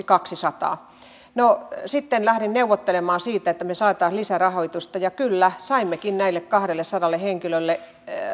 kaksisataa no sitten lähdin neuvottelemaan siitä että me saisimme lisärahoitusta ja kyllä saimmekin näille kahdellesadalle henkilölle